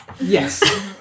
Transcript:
Yes